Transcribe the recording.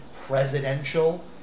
presidential